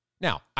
Now